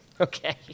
Okay